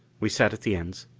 we sat at the ends,